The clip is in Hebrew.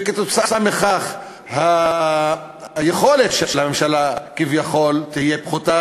וכתוצאה מכך היכולת של הממשלה לתת שירותים כביכול תהיה פחותה,